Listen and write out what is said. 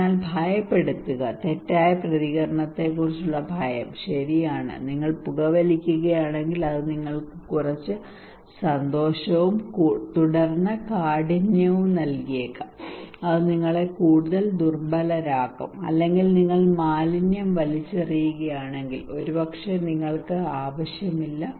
അതിനാൽ ഭയപ്പെടുത്തുക തെറ്റായ പ്രതികരണത്തെക്കുറിച്ചുള്ള ഭയം ശരിയാണ് നിങ്ങൾ പുകവലിക്കുകയാണെങ്കിൽ അത് നിങ്ങൾക്ക് കുറച്ച് സന്തോഷവും തുടർന്ന് കാഠിന്യവും നൽകിയേക്കാം അത് നിങ്ങളെ കൂടുതൽ ദുർബലരാക്കും അല്ലെങ്കിൽ നിങ്ങൾ മാലിന്യം വലിച്ചെറിയുകയാണെങ്കിൽ ഒരുപക്ഷേ നിങ്ങൾക്ക് ആവശ്യമില്ല